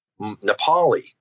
nepali